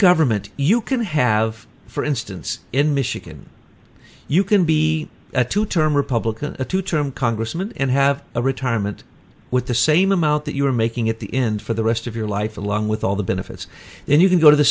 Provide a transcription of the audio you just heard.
government you can have for instance in michigan you can be a two term republican a two term congressman and have a retirement with the same amount that you were making at the end for the rest of your life along with all the benefits then you can go to the